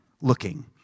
looking